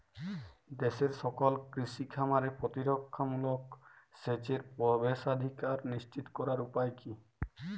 দেশের সকল কৃষি খামারে প্রতিরক্ষামূলক সেচের প্রবেশাধিকার নিশ্চিত করার উপায় কি?